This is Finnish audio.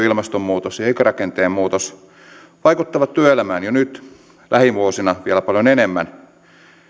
ilmastonmuutos ja ja ikärakenteen muutos vaikuttavat työelämään jo nyt lähivuosina vielä paljon enemmän